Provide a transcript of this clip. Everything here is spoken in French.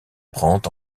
prend